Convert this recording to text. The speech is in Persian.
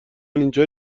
اینجا